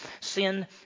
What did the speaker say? sin